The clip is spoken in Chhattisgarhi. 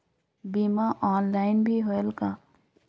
बीमा ऑनलाइन भी होयल का?